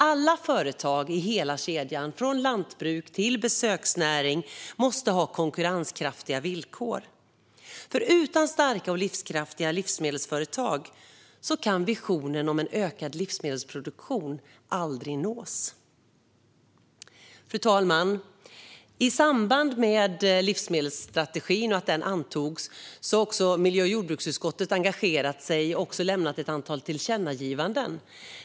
Alla företag i hela kedjan, från lantbruk till besöksnäring, måste ha konkurrenskraftiga villkor. Utan starka och livskraftiga livsmedelsföretag kan visionen om en ökad livsmedelsproduktion aldrig nås. Fru talman! I samband med att livsmedelsstrategin antogs har miljö och jordbruksutskottet engagerat sig och lämnat ett antal tillkännagivanden.